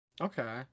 okay